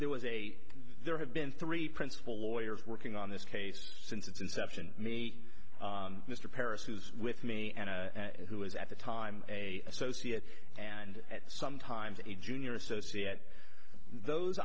there was a there have been three principal lawyers working on this case since its inception me mr parris who's with me and who was at the time a associate and at sometimes a junior associate those